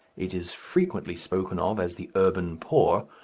it is frequently spoken of as the urban poor,